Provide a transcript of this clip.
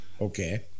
Okay